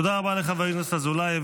תודה רבה לחבר הכנסת אזולאי.